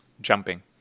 jumping